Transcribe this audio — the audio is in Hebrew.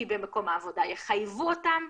כי במקום העבודה יחייבו אותם,